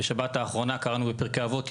בשבת האחרונה קראנו בפרקי אבות את